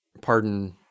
pardon